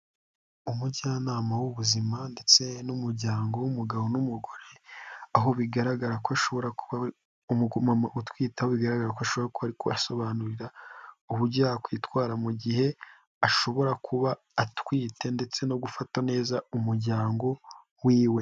Umujyanama w'ubuzima ndetse n'umuryango w'umugabo n'umugore, aho bigaragara ko ashobora kuba umama utwite aho bigaragara ko umumama ari kubasobanurira uburyo yakwitwara mu gihe ashobora kuba atwite ndetse no gufata neza umuryango wiwe.